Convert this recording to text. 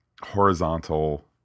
horizontal